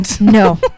No